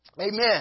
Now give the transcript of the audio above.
Amen